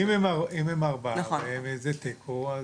אם הם ארבעה, זה תיקו.